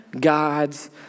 God's